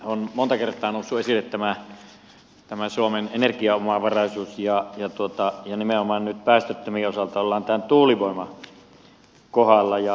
on monta kertaa noussut esille tämä suomen energiaomavaraisuus ja nimenomaan nyt päästöttömien osalta ollaan tämän tuulivoiman kohdalla